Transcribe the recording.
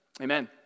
Amen